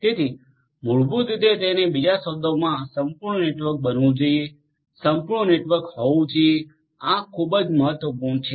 તેથી મૂળભૂત રીતે તેને બીજા શબ્દોમાં સંપૂર્ણ નેટવર્ક બનવું જોઈએ સંપૂર્ણ નેટવર્ક હોવું જરૂરી છે આ ખૂબ જ મહત્વપૂર્ણ છે